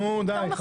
נו, די.